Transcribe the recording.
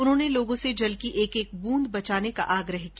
उन्होंने लोगों से जल की एक एक बूंद बचाने का आग्रह किया